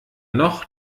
noch